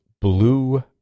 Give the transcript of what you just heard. Blue